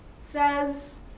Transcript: says